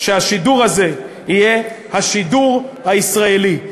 שהשידור הזה יהיה השידור הישראלי.